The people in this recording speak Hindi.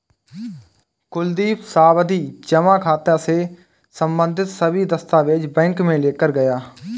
कुलदीप सावधि जमा खाता से संबंधित सभी दस्तावेज बैंक में लेकर गया